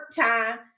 time